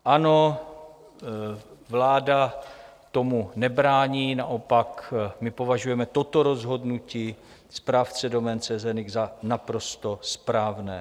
Ano, vláda tomu nebrání, naopak my považujeme toto rozhodnutí správce domén CZ.NIC za naprosto správné.